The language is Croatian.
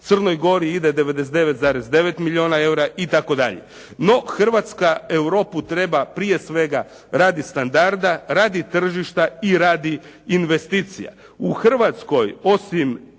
Crnoj Gori ide 99,9 milijuna EUR-a i tako dalje. No Hrvatska Europu treba prije svega radi standarda, radi tržišta i radi investicija. U Hrvatskoj osim,